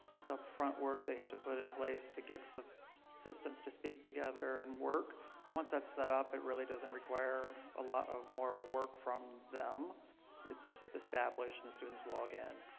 it's upfront work. they have to put it in place to get the systems to speak together and work once that's set up. it really doesn't require a lot of more work from them it's established in the students login.